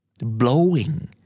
Blowing